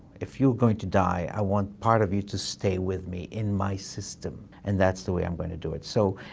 if you're going to die, i want part of you to stay with me in my system, and that's the way i'm going to do it. so,